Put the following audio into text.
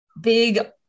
big